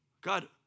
God